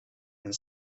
and